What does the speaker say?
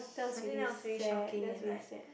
I think that was really shocking eh like